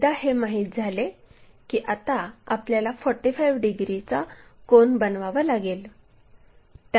एकदा हे माहित झाले की आता आपल्याला 45 डिग्रीचा कोन बनवावा लागेल